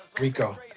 Rico